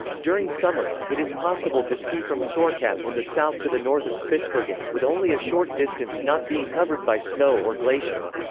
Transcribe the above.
during summer, it is possible to ski from sorkapp in the south to the north of spitsbergen, with only a short distance not being covered by snow or glacier.